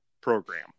program